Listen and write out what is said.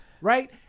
right